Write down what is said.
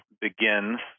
begins